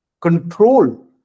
control